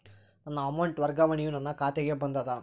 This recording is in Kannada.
ನನ್ನ ಅಮೌಂಟ್ ವರ್ಗಾವಣೆಯು ನನ್ನ ಖಾತೆಗೆ ಬಂದದ